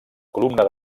columna